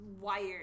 wired